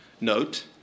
note